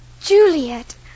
Juliet